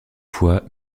fois